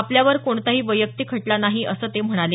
आपल्यावर कोणताही वैयक्तिक खटला नाही असं ते म्हणाले